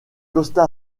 costa